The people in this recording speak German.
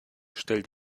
stell